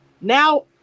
Now